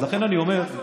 אז לכן אני אומר,